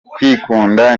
kwikunda